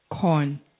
corn